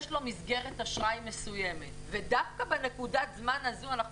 יש לו מסגרת אשראי מסוימת ודווקא בנקודת הזמן הזו אנחנו